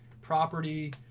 property